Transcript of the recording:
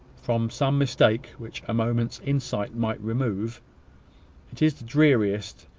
from some mistake which a moment's insight might remove it is the dreariest,